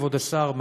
כבוד השר,